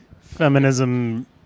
feminism